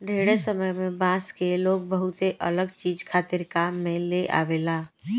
ढेरे समय से बांस के लोग बहुते अलग चीज खातिर काम में लेआवेला